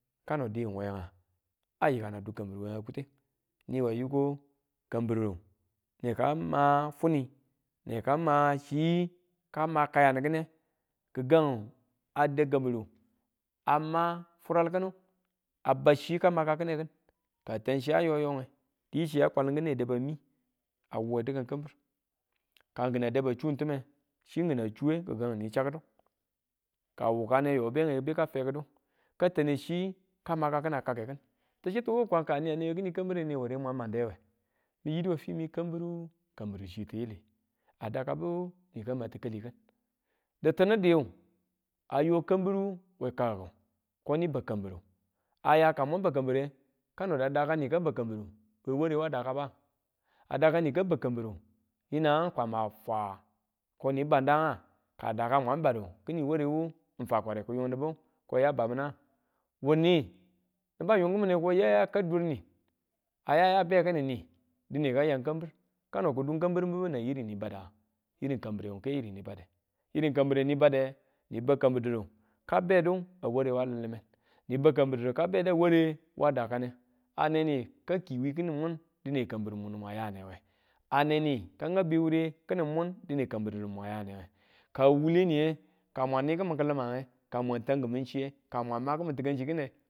Kano diwu wenga, a yikana du kambiru kuteng niwa yiko kanbiru neka ma funi ne ka ma chi kama kaya n yi ki̱ne kigangu a dau kambiru, a ma fural kinu, a bau chi ka maka kine ki̱n ka tan chiya a yoyonge, di chi a kwali kine a daba mii a wuwe dikan kambir kan kina baba chun time chi kina chuwe gigang mi chakidu ka wukane yo bege beka chakidu ka tane chi ko maka kina kake tichitiwu kwang kani a newe kini kambire ne ware mwang mande we min yidu we fi mi kambiru, kanbiru chi tiliyi a dakabu nika ma tikali kin ditinu diu a yo kambiru we kakiku ko ni bau kanbiru ay ka mwan bau kambire kano nika bau kambiru we ware wa daka ba? a dakin nika bau kambiru yinang kwama fwa ko ni bandanga? ka dakan mwan badu kini ware wu n fakware kiyung nibu ko ya bamina? wuni niba yun kimine ku yaya kau dur nin a yaya bekini ni dine ka yan kambire ka no kidum kambirim bibu nan iri ni bada? iri kambirewu n ke iri ni bade iri kambir ni bade ni bau kambir didu kabe du a ware limlime ni bau kambir didu ka be ware wa dakane a ni ka ki wii kini mun dine kambir munu mwan yane we ane ni ka ngau bewure kini mun dine kambiru didu mwan yaneye ka wule niye ka mwang ni kimin kilimange ka mwan ta̱ng kimin tikan chiye ka mwang tikan chi kine.